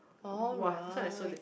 alright